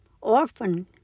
orphan